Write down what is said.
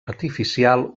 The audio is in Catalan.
artificial